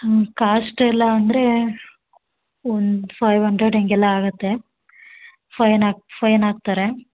ಹ್ಞೂ ಕಾಸ್ಟ್ ಎಲ್ಲ ಅಂದರೆ ಒಂದು ಫೈವ್ ಅಂಡ್ರೆಡ್ ಹಿಂಗೆಲ್ಲ ಆಗುತ್ತೆ ಫೈನ್ ಹಾಕ್ ಫೈನ್ ಹಾಕ್ತರೆ